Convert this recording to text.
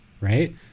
right